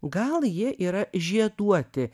gal jie yra žieduoti